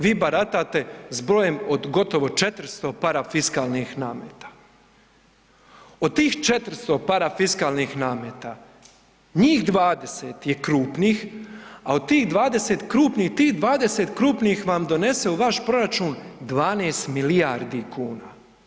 Vi baratate s brojem od gotovo 400 parafiskalnih nameta, od tih 400 parafiskalnih nameta njih 20 je krupnih, a od tih 20 krupnih, tih 20 krupnih vam donese u vaš proračun 12 milijardi kuna.